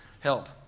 help